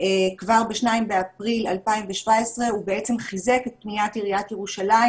כבר ב-2 באפריל 2017. הוא בעצם חיזק את פניית עיריית ירושלים